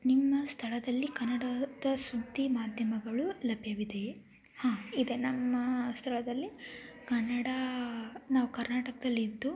ನಿಮ್ಮ ಸ್ಥಳದಲ್ಲಿ ಕನ್ನಡದ ಸುದ್ದಿ ಮಾಧ್ಯಮಗಳು ಲಭ್ಯವಿದೆಯೇ ಹಾಂ ಇದೆ ನಮ್ಮ ಸ್ಥಳದಲ್ಲಿ ಕನ್ನಡ ನಾವು ಕರ್ನಾಟಕದಲ್ಲಿ ಇದ್ದು